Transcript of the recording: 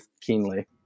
keenly